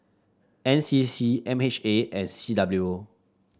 NCC MHA and CWO